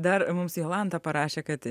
dar mums jolanta parašė kad